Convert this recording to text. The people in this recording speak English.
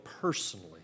personally